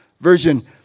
version